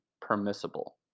permissible